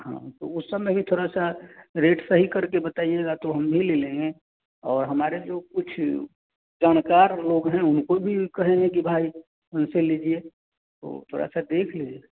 हाँ तो वो सब में भी थोड़ा सा रेट सही करके बताइएगा तो हम भी ले लेंगे और हमारे जो कुछ जानकार लोग हैं उनको भी कहेंगे कि भाई उनसे लीजिए तो थोड़ा सा देख लीजिए